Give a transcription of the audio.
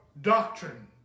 doctrine